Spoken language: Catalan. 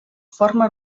forma